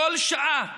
כל שעה.